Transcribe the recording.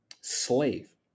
slave